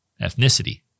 ethnicity